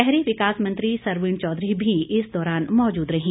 शहरी विकास मंत्री सरवीण चौधरी भी इस दौरान मौजूद रहीं